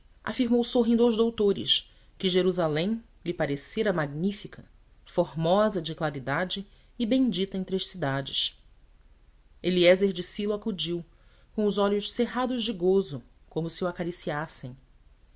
afirmou sorrindo aos doutores que jerusalém lhe parecera magnífica formosa de claridade e bendita entre as cidades eliézer de silo acudiu com os olhos cerrados de gozo como se o